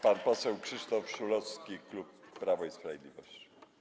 Pan poseł Krzysztof Szulowski, klub Prawo i Sprawiedliwość.